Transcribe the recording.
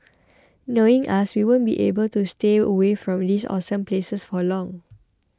knowing us we won't be able to stay away from these awesome places for long